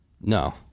No